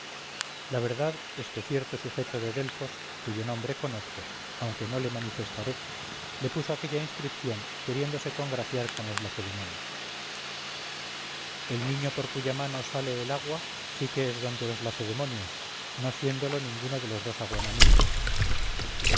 la verdad es que cierto sujeto de delfos cuyo nombre conozco aunque no le manifestaré le puso aquella inscripción queriéndose congraciar con los lacedemonios el niño por cuya mano sale el agua sí que es don de los lacedemonios no siéndolo ninguno de los dos aguamaniles